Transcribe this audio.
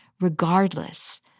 regardless